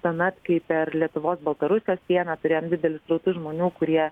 tuomet kai per lietuvos baltarusijos sieną turėjom didelius srautus žmonių kurie